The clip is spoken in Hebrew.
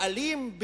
האלים,